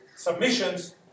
Submissions